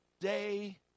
day